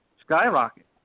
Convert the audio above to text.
skyrocket